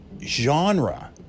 genre